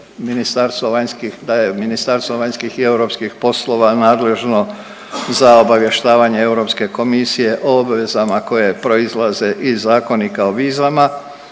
da je Ministarstvo vanjskih i europskih poslova nadležno za obavještavanje Europske komisije o obvezama koje proizlaze iz Zakonika o vizama